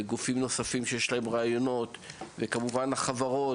גופים נוספים שיש להם רעיונות וגם חברות